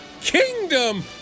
kingdom